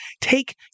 take